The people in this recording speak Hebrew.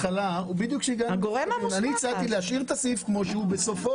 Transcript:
אני הצעתי קודם לכן להשאיר את הסעיף כמו שהוא ובסופו